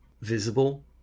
visible